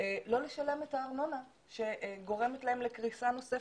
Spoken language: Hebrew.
לא לשלם את הארנונה שגורמת להם לקריסה נוספת.